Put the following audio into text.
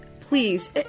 please